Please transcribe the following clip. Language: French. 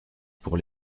pour